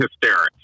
hysterics